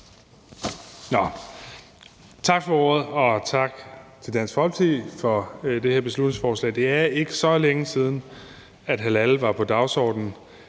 Tak for ordet, og tak til Dansk Folkeparti for det her beslutningsforslag. Det er ikke så længe siden, at halal var på dagsordenen,